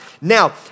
Now